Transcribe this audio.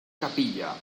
capilla